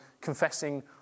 confessing